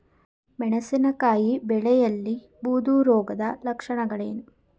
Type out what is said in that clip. ಮೆಣಸಿನಕಾಯಿ ಬೆಳೆಯಲ್ಲಿ ಬೂದು ರೋಗದ ಲಕ್ಷಣಗಳೇನು?